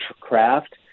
craft